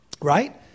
right